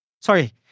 Sorry